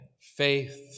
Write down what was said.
Faith